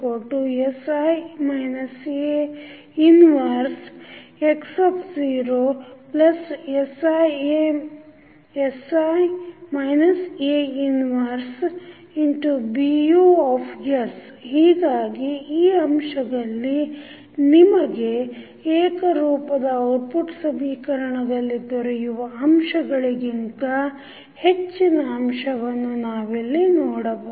XssI A 1x0 1BUs ಹೀಗಾಗಿ ಈ ಅಂಶದಲ್ಲಿ ನಿಮಗೆ ಏಕರೂಪದ ಔಟ್ಪುಟ್ ಸಮೀಕರಣದಲ್ಲಿ ದೊರೆಯುವ ಅಂಶಗಳಿಗಿಂತ ಹೆಚ್ಚಿನ ಅಂಶ ವನ್ನು ನಾವಿಲ್ಲಿ ನೋಡಬಹುದು